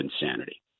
insanity